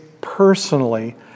personally